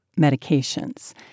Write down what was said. medications